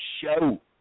show